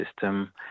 system